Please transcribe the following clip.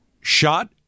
shot